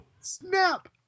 Snap